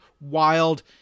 wild